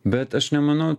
bet aš nemanau